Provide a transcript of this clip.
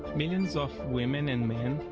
millions of women and men,